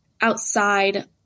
outside